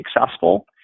successful